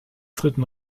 dritten